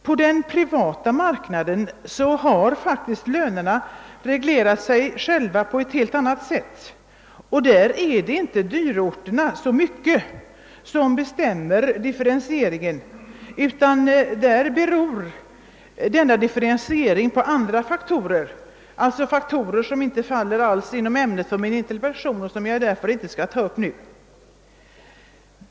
På den privata marknaden har lönerna faktiskt reglerat sig själva på ett helt annat sätt, och där är det inte i så stor utsträckning dyrorterna som bestämmer differentieringen, utan denna beror också på andra faktorer — faktorer som inte alls faller inom ämnet för min interpellation och som jag därför inte skall ta upp nu.